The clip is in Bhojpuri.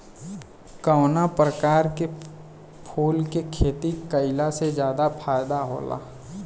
कवना प्रकार के फूल के खेती कइला से ज्यादा फायदा होला?